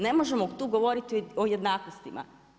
Ne možemo tu govoriti o jednakostima.